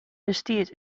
bestiet